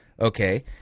okay